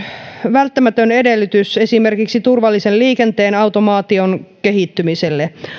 välttämätön edellytys myös esimerkiksi turvallisen liikenteen automaation kehittymiselle